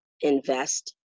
invest